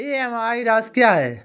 EMI राशि क्या है?